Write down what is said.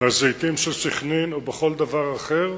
במטעי הזיתים של סח'נין או בכל דבר אחר,